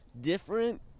different